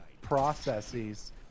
Processes